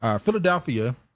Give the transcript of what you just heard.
Philadelphia